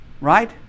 right